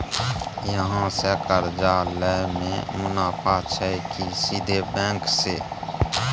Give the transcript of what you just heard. अहाँ से कर्जा लय में मुनाफा छै की सीधे बैंक से?